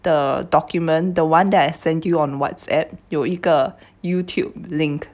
the document the one that I sent you on whatsapp 有一个 youtube link